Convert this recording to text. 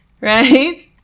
Right